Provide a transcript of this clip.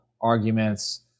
arguments